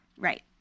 Right